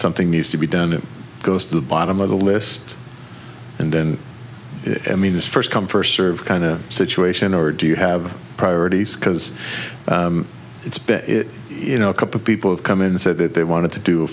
something needs to be done it goes to the bottom of the list and then i mean it's first come first serve kind of situation or do you have priorities because it's been you know a couple people have come in and said that they wanted to do